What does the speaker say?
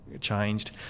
changed